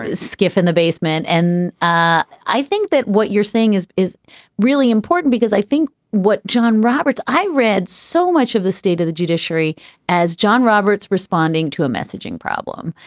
skiff in the basement. and i i think that what you're seeing is is really important, because i think what john roberts i read so much of the state of the judiciary as john roberts responding to a messaging problem,